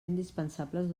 indispensables